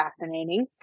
fascinating